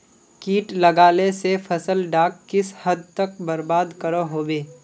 किट लगाले से फसल डाक किस हद तक बर्बाद करो होबे?